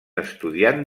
estudiant